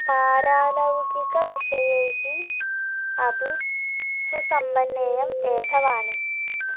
पारालौकिकविषयैः अपि सुसम्पन्नेयं वेदवाणी